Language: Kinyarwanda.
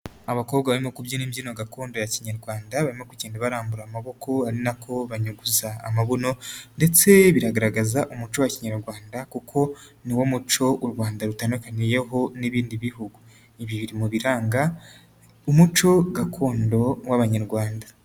Abakobwa bari no kubyina imbyino gakondo ya kinyarwanda, barimo gu kugenda barambura amaboko ari nako banyuguza amabuno ndetse bigaragaza umuco wa kinyarwanda, kuko ni wo muco u Rwanda rutandukaniyeho n'ibindi bihugu, ibi biri mu biranga umuco gakondo w'abanyarwanda.